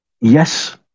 Yes